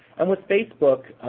and with facebook,